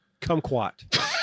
kumquat